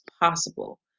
possible